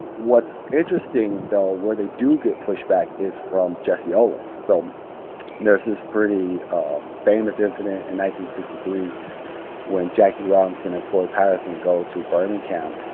what's interesting, though, where they do get pushback is from jesse owens. so there's this pretty famous incident and sixty three when jackie robinson and floyd patterson go to birmingham.